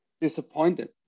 disappointed